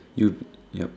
you yup